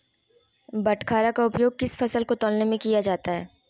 बाटखरा का उपयोग किस फसल को तौलने में किया जाता है?